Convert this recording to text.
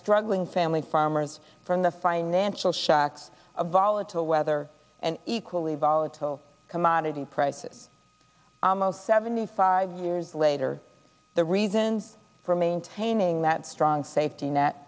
struggling family farmers from the financial shocks of volatile weather and equally volatile commodity prices almost seventy five years later the reasons for maintaining that strong safety net